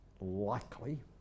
likely